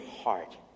heart